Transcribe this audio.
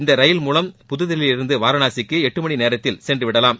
இந்த ரயிலில் புதுதில்லியிருந்து வாரணாசிக்கு எட்டு மணி நேரத்தில் சென்று விடலாம்